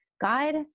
God